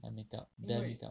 light makeup bare makeup